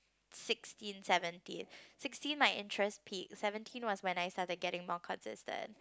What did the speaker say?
sixteen seventeen sixteen my interest peak seventeen was when I started getting more consistent